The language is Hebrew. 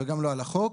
וגם לא על החוק.